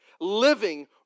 living